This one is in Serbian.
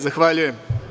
Zahvaljujem.